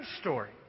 story